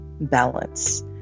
balance